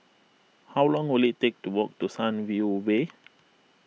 how long will it take to walk to Sunview Way